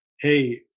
hey